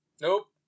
Nope